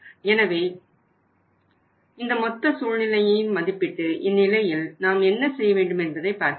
எனவே இந்த மொத்த சூழ்நிலையையும் மதிப்பிட்டு இந்நிலையில் நாம் என்ன செய்யவேண்டும் என்பதை பார்க்கவேண்டும்